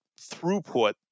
throughput